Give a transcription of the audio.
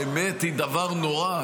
האמת היא דבר נורא,